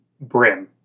Brim